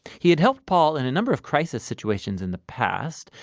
he had helped paul in a number of crisis situations in the past.